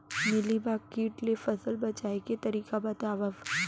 Mealybug किट ले फसल बचाए के तरीका बतावव?